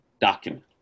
document